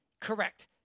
correct